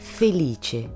felice